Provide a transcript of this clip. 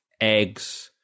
eggs